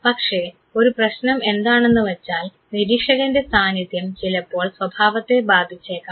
പക്ഷേ ഒരു പ്രശ്നം എന്താണെന്ന് വച്ചാൽ നിരീക്ഷകൻറെ സാന്നിധ്യം ചിലപ്പോൾ സ്വഭാവത്തെ ബാധിച്ചേക്കാം